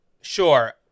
sure